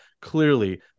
clearly